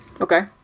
Okay